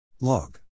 log